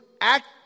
act